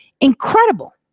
incredible